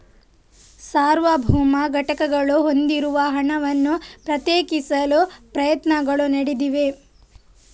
ಸಾರ್ವಭೌಮ ಘಟಕಗಳು ಹೊಂದಿರುವ ಹಣವನ್ನು ಪ್ರತ್ಯೇಕಿಸಲು ಪ್ರಯತ್ನಗಳು ನಡೆದಿವೆ